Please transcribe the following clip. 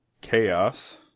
Chaos